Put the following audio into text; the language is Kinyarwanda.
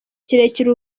kirekire